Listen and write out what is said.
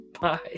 Bye